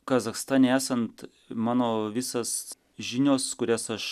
kazachstane esant mano visas žinios kurias aš